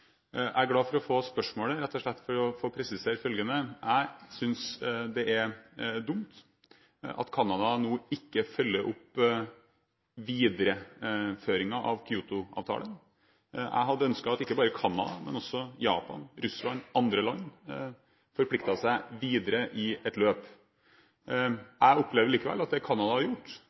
Jeg er glad for å få spørsmålet, rett og slett for å få presisert følgende: Jeg synes det er dumt at Canada nå ikke følger opp videreføringen av Kyoto-avtalen. Jeg hadde ønsket at ikke bare Canada, men også Japan, Russland og andre land forpliktet seg videre i et løp. Jeg opplever likevel at det Canada har gjort,